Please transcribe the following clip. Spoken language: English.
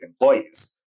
employees